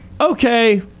Okay